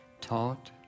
taught